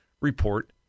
report